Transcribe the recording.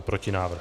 Protinávrh.